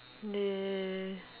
they